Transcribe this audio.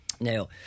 Now